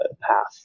path